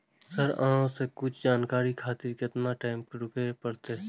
Sir अहाँ से कुछ जानकारी खातिर केतना टाईम रुके परतें?